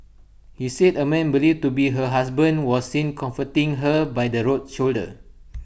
he said A man believed to be her husband was seen comforting her by the road shoulder